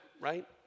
right